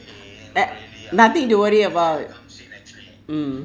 a~ nothing to worry about mm